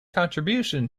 contribution